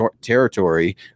territory